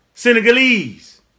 Senegalese